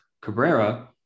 Cabrera